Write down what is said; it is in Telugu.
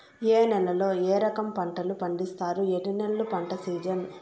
ఏ నేలల్లో ఏ రకము పంటలు పండిస్తారు, ఎన్ని నెలలు పంట సిజన్?